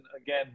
again